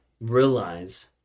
realize